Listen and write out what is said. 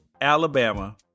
Alabama